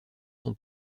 son